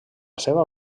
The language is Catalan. seva